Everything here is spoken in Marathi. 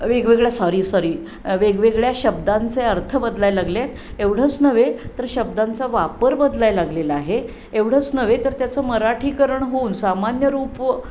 वेगवेगळ्या सॉरी सॉरी वेगवेगळ्या शब्दांचे अर्थ बदलायला लागले आहेत एवढंच नव्हे तर शब्दांचा वापर बदलायला लागलेला आहे एवढंच नव्हे तर त्याचं मराठीकरण होऊन सामान्य रूप